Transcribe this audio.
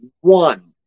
one